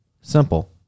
Simple